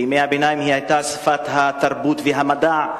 בימי-הביניים היא היתה שפת התרבות והמדע,